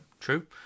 true